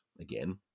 again